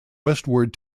westward